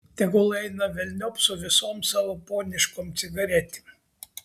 tegul eina velniop su visom savo poniškom cigaretėm